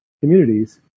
communities